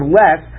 less